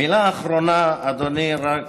מילה אחרונה, אדוני, רק